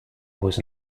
was